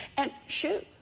and shoot,